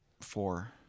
Four